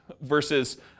Versus